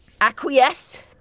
acquiesce